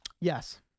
Yes